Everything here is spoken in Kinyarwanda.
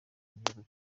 igihugu